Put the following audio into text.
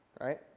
right